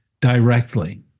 directly